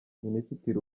minisitiri